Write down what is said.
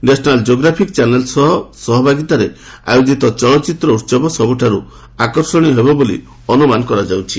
national Geographic channel ସହଭାଗିତାରେ ଆୟୋଜିତ ଚଳଚ୍ଚିତ୍ର ଉତ୍ସବ ସବୁଠାରୁ ଆକର୍ଷଣୀୟ ହେବ ବୋଲି ଅନୁମାନ କରାଯାଉଛି